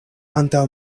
antaŭ